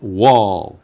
wall